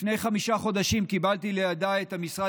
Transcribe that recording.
לפני חמישה חודשים קיבלתי לידיי את המשרד